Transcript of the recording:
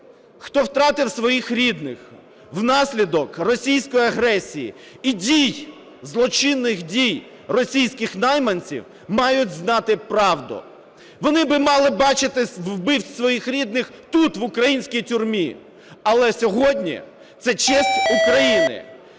хто втратив своїх рідних внаслідок російської агресії і дій, злочинних дій російських найманців, мають знати правду. Вони би мали бачити вбивць своїх рідних тут, в українській тюрмі. Але сьогодні це честь України.